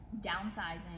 downsizing